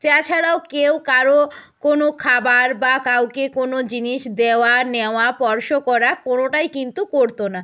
ছাড়াও কেউ কারও কোনো খাবার বা কাউকে কোনো জিনিস দেওয়া নেওয়া স্পর্শ করা কোনটাই কিন্তু করতো না